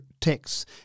Texts